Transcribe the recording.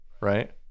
Right